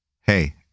Hey